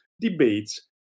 debates